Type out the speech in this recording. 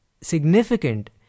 significant